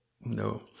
no